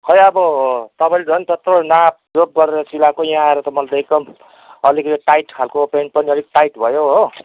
खोइ अब तपाईँले झन् त्यत्रो नाप जोख गरेर सिलाएको यहाँ आएर त मलाई एकदम अलिकति टाइट खालको पेन्ट पनि अलिक टाइट भयो हो